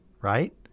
right